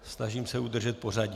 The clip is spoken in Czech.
Snažím se udržet pořadí.